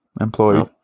Employee